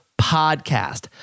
podcast